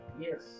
yes